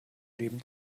leben